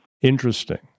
Interesting